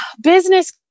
business